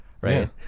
right